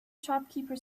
shopkeeper